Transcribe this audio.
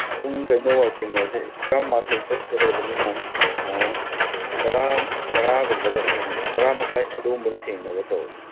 ꯄꯨꯡ ꯀꯩꯅꯣꯋꯥꯏ ꯊꯦꯡꯅꯔꯁꯦ ꯇꯔꯥ ꯃꯥꯊꯣꯏ ꯆꯠꯀꯗꯕꯅꯤꯅ ꯇꯔꯥ ꯃꯈꯥꯏ ꯑꯗꯨꯒꯨꯝꯕꯗ ꯊꯦꯡꯅꯕ ꯇꯧꯔꯁꯦ